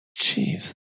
jeez